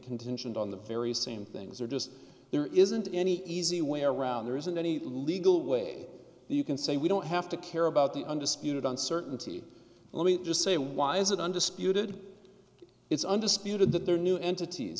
contingent on the very same things are just there isn't any easy way around there isn't any legal way you can say we don't have to care about the undisputed uncertainty let me just say why is it undisputed it's undisputed that their new entities